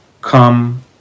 come